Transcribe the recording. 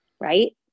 right